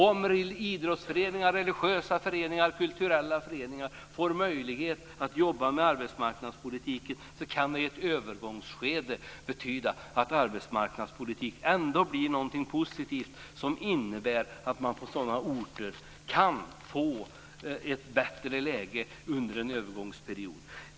Om en idrottsförening, en religiös förening eller en kulturell förening får möjlighet att jobba med arbetsmarknadspolitiken kan det i ett övergångsskede betyda att arbetsmarknadspolitik blir något positivt, som innebär att man på sådana orter kan få ett bättre läge under en övergångsperiod.